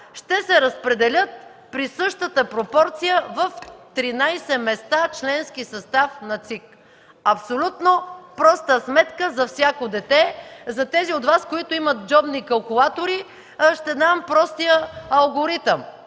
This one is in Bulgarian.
ще се разпределят при същата пропорция в 13 места членски състав на ЦИК. Абсолютно проста сметка за всяко дете. За тези от Вас, които имат джобни калкулатори, ще дам простия алгоритъм: